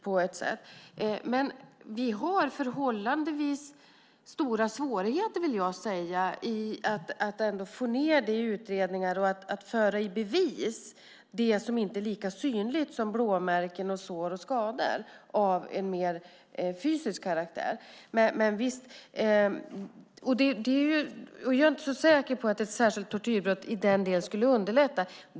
Vi har dock förhållandevis stora svårigheter, vill jag säga, i att få ned i utredningar och föra i bevis sådant som inte är lika synligt som blåmärken, sår och skador som alltså är av mer fysisk karaktär. Jag är inte så säker på att ett särskilt tortyrbrott i den delen skulle underlätta.